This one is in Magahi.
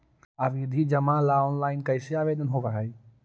आवधि जमा ला ऑनलाइन कैसे आवेदन हावअ हई